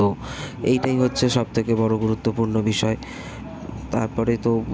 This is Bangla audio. তো এইটাই হচ্ছে সব থেকে বড়ো গুরুত্বপূর্ণ বিষয় তারপরে তো